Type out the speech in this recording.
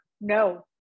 No